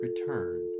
return